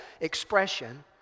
expression